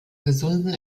gesunden